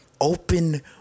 open